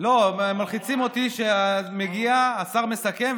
לא, מלחיצים אותי שמגיע השר, מסכם.